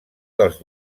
dels